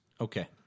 okay